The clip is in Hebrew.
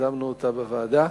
יזמנו אותה בוועדה,